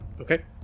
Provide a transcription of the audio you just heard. Okay